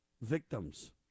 victims